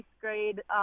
grade